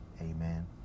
Amen